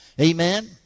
Amen